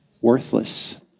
Worthless